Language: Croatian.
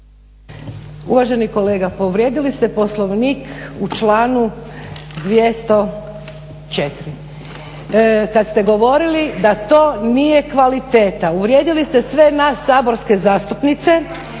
Uvaženi kolega pa uvrijedili ste Poslovnik u članu 204. kad ste govorili da to nije kvaliteta. Uvrijedili ste sve nas saborske zastupnice,